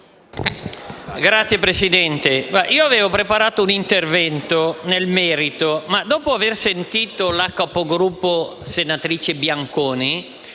Signor Presidente, avevo preparato un intervento nel merito, ma dopo aver sentito la Capogruppo, senatrice Bianconi,